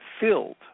Filled